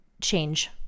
change